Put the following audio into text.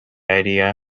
idea